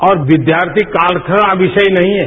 और विद्यार्थी काल का विषय नहीं है